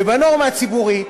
ובנורמה הציבורית